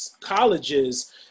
colleges